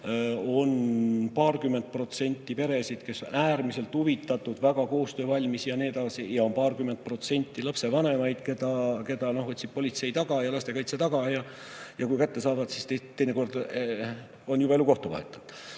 On paarkümmend protsenti peresid, kes on äärmiselt huvitatud, väga koostöövalmis ja nii edasi, ja on paarkümmend protsenti lapsevanemaid, keda otsib politsei taga ja lastekaitse taga ja kui kätte saavad, siis on nad teinekord juba elukohta vahetanud.